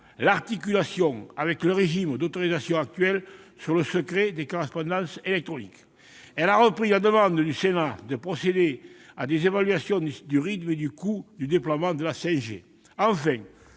l'articulation avec le régime d'autorisation actuel sur le secret des correspondances électroniques. Elle a repris la demande du Sénat de procéder à des évaluations du rythme et du coût du déploiement de la 5G.